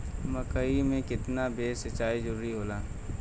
मकई मे केतना बेर सीचाई जरूरी होला?